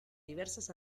diversas